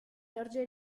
energia